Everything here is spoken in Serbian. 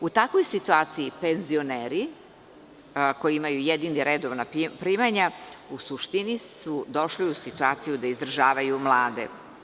U takvoj situaciji penzioneri koji imaju jedino redovno primanja u suštini su došli u situaciju da izdržavaju mlade.